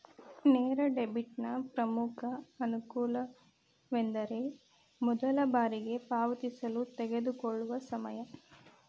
ನೇರ ಡೆಬಿಟ್ನ ಪ್ರಮುಖ ಅನಾನುಕೂಲವೆಂದರೆ ಮೊದಲ ಬಾರಿಗೆ ಪಾವತಿಸಲು ತೆಗೆದುಕೊಳ್ಳುವ ಸಮಯ